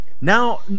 Now